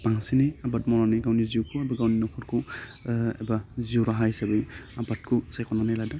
बांसिनै आबाद मावनानै गावनि जिउखौ बा गावनि नखरखौ एबा जिउ राहा हिसाबै आबादखौ सायख'नानै लादों